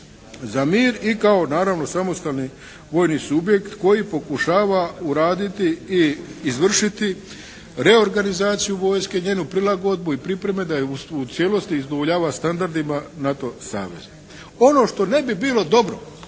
za mir i kao naravno samostalni vojni subjekt koji pokušava uraditi i izvršiti reorganizaciju vojske i njenu prilagodbu i pripreme da u cijelosti udovoljava standardima NATO saveza. Ono što ne bi bilo dobro